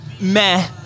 meh